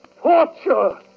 Torture